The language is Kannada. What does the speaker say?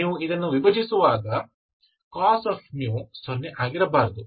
ಆದ್ದರಿಂದ ನೀವು ಇದನ್ನು ವಿಭಜಿಸುವಾಗ cos ಸೊನ್ನೆ ಆಗಿರಬಾರದು